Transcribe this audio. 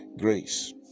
grace